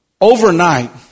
overnight